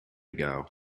ago